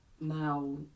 now